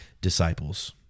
disciples